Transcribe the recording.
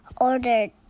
Ordered